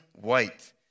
white